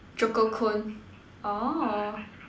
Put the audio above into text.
choco cone oh